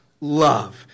love